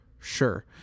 sure